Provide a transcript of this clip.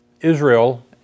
Israel